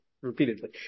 repeatedly